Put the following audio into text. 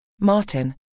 Martin